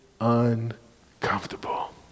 uncomfortable